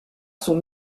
sont